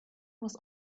was